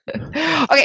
okay